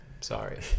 Sorry